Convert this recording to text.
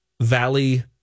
Valley